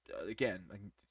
Again